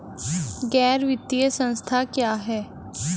गैर वित्तीय संस्था क्या है?